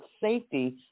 safety